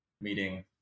meeting